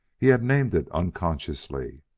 he had named it unconsciously.